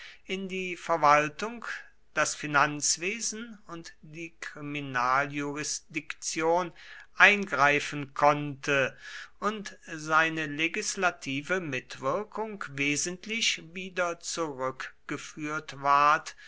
in die verwaltung das finanzwesen und die kriminaljurisdiktion eingreifen konnte und seine legislative mitwirkung wesentlich wieder zurückgeführt ward